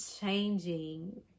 changing